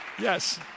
Yes